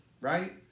right